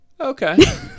okay